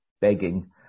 begging